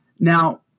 Now